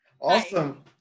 Awesome